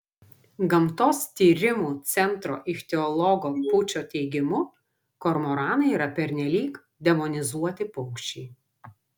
gamtos tyrimų centro ichtiologo pūčio teigimu kormoranai yra pernelyg demonizuoti paukščiai